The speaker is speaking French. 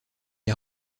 est